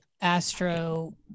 astro